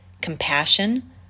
compassion